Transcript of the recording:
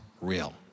real